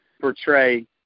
portray